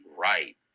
Right